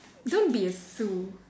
don't be a Sue